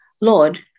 Lord